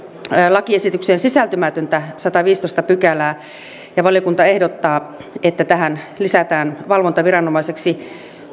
lakiesitykseen sisältymätöntä sadattaviidettätoista pykälää valiokunta ehdottaa että tähän lisätään valvontaviranomaiseksi